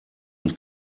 und